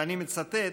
ואני מצטט,